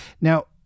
Now